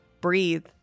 Breathe